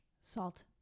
Salt